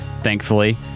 thankfully